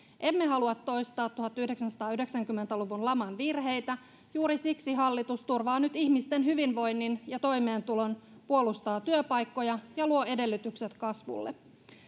emme halua toistaa tuhatyhdeksänsataayhdeksänkymmentä luvun laman virheitä juuri siksi hallitus turvaa nyt ihmisten hyvinvoinnin ja toimeentulon puolustaa työpaikkoja ja luo edellytykset kasvulle